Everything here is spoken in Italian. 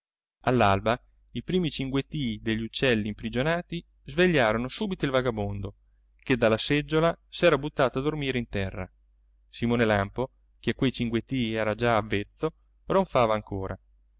all'alba i primi cinguettii degli uccelli imprigionati svegliarono subito il vagabondo che dalla seggiola s'era buttato a dormire in terra simone lampo che a quei cinguettii era già avvezzo ronfava ancora